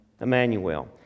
Emmanuel